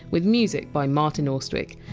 with music by martin austwick.